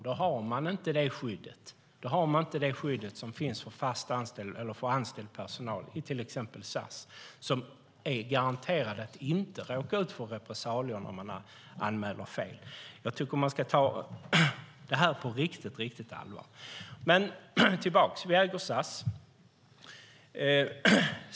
Då har man inte det skydd som finns för anställd personal inom till exempel SAS. De är garanterade att inte råka ut för repressalier när de anmäler fel. Jag tycker att man ska ta detta på stort allvar. Vi äger SAS.